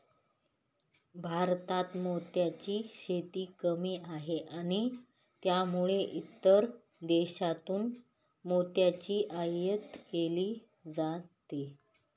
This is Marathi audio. भारतात मोत्यांची शेती कमी आहे आणि त्यामुळे इतर देशांतून मोत्यांची आयात केली जाते